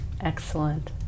excellent